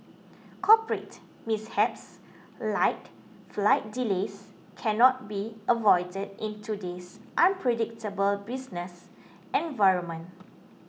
corporate mishaps like flight delays cannot be avoided in today's unpredictable business environment